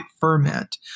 ferment